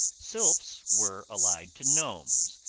sylphs were allied to gnomes,